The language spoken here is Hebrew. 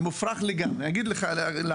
זה מופרך לגמרי ואני אגיד לך למה.